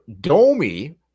Domi